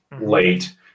late